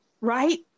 right